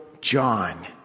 John